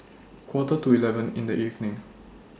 Quarter to eleven in The evening